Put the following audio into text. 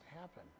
happen